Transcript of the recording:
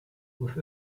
with